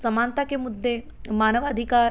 समानता के मुद्दे मानव अधिकार